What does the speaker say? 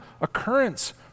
occurrence